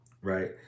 right